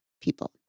people